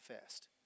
fast